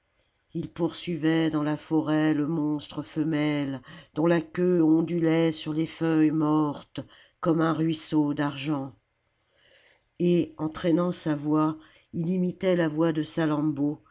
ii poursuivait dans la forêt le monstre femelle dont la queue ondulait sur les feuilles mortes comme un ruisseau d'argent et en traînant sa voix il imitait la voix de salammbô